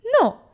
No